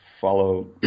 follow